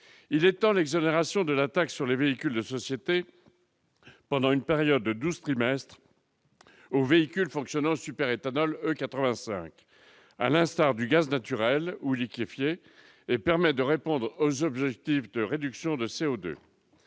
Il a étendu l'exonération de la taxe sur les véhicules de société pendant une période de 12 trimestres aux véhicules fonctionnant au super-éthanol E 85, à l'instar du gaz naturel ou liquéfié, ce qui permet de répondre aux objectifs de réduction de CO2.